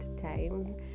times